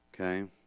Okay